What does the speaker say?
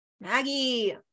Maggie